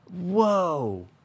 Whoa